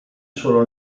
solo